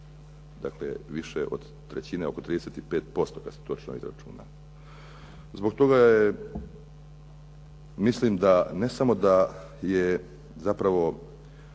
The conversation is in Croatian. Dakle više od trećine, oko 35% kad se točno izračuna. Zbog toga je mislim ne samo da je zapravo